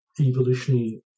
evolutionary